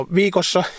viikossa